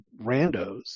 randos